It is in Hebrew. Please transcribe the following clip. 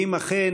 אם אכן,